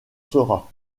seras